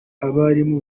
abarimu